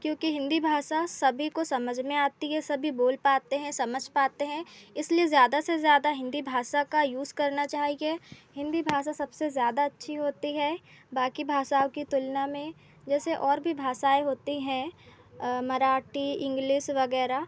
क्योंकि हिन्दी भाषा सभी को समझ में आती है सभी बोल पाते हैं समझ पाते हैं इसलिए ज़्यादा से ज़्यादा हिन्दी भाषा का यूज़ करना चाहिए हिन्दी भाषा सबसे ज़्यादा अच्छी होती है बाक़ी भाषाओं की तुलना में जैसे और भी भाषाएँ होती हैं मराठी इंग्लिस वग़ैरह